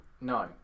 no